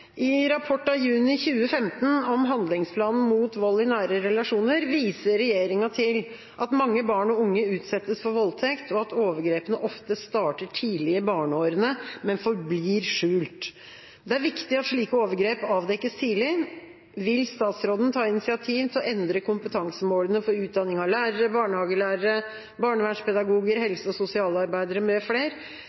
at mange barn og unge utsettes for voldtekt, og at overgrepene ofte starter tidlig i barneårene, men forblir skjult. Det er viktig at slike overgrep avdekkes tidlig. Vil statsråden ta initiativ til å endre kompetansemålene for utdanning av lærere, barnehagelærere, barnevernspedagoger, helse- og sosialarbeidere